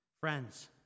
friends